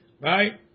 right